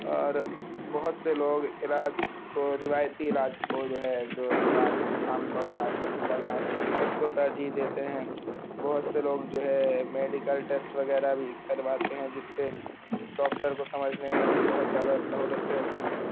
اور بہت سے لوگ علاج کو روایتی علاج کو جو ہے جو رواج عام طور سے آج کل جو چل رہا ہے اس کو ترجیح دیتے ہیں بہت سے لوگ جو ہے میڈیکل ٹیسٹ وغیرہ بھی کرواتے ہیں جس سے ڈاکٹر کو سمجھنے میں بہت زیادہ سہولتیں ہوتی ہیں